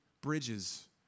bridges